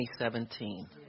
2017